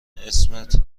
اسمت